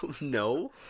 No